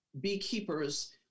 beekeepers